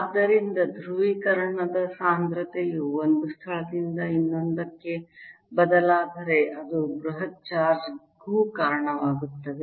ಆದ್ದರಿಂದ ಧ್ರುವೀಕರಣದ ಸಾಂದ್ರತೆಯು ಒಂದು ಸ್ಥಳದಿಂದ ಇನ್ನೊಂದಕ್ಕೆ ಬದಲಾದರೆ ಅದು ಬೃಹತ್ ಚಾರ್ಜ್ ಗೂ ಕಾರಣವಾಗುತ್ತದೆ